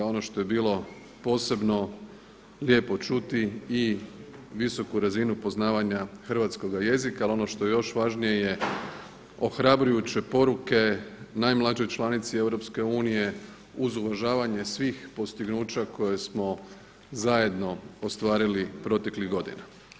Ono što je bilo posebno lijepo čuti i visoku razinu poznavanja hrvatskoga jezika, ali ono što je još važnije ohrabrujuće poruke najmlađoj članici EU uz uvažavanje svih postignuća koje smo zajedno ostvarili proteklih godina.